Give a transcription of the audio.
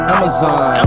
Amazon